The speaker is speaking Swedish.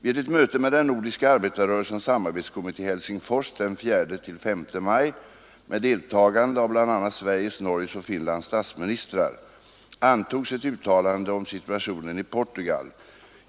Vid ett möte med den nordiska arbetarrörelsens samarbetskommitté i Helsingfors den 4—5 maj med deltagande av bl.a. Sveriges, Norges och Finlands statsministrar antogs ett uttalande om situationen i Portugal.